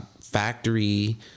factory